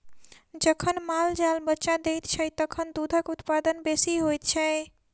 जखन माल जाल बच्चा दैत छै, तखन दूधक उत्पादन बेसी होइत छै